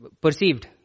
perceived